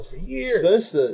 years